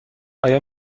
آیا